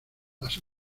las